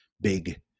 big